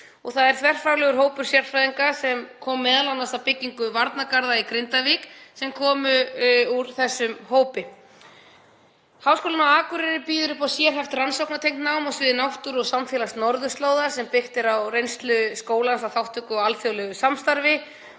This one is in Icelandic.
Þverfaglegur hópur sérfræðinga, sem kom m.a. að byggingu varnargarða í Grindavík, kom að þessum málum. Háskólinn á Akureyri býður upp á sérhæft rannsóknartengt nám á sviði náttúru og samfélags norðurslóða, sem byggt er á reynslu skólans af þátttöku í alþjóðlegu samstarfi,